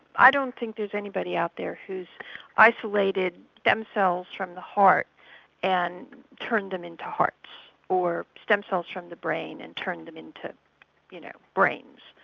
i don't think there's anybody out there who's isolated stem cells from the heart and turned them into hearts or stem cells from the brain and turned them into you know brains.